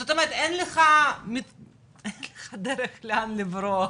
זאת אומרת אין לך דרך לאן לברוח.